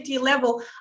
level